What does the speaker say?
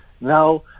Now